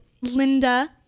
Linda